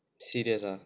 serious ah